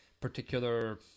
particular